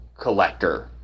collector